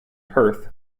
perth